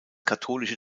katholische